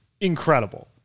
Incredible